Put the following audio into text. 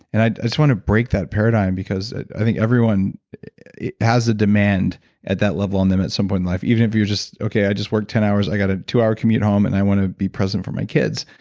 and i i just want to break that paradigm because i think everyone has a demand at that level on them at some point in life even if you're just, okay, i just work ten hours. i got a twohour commute home and i want to be present for my kids.